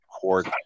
court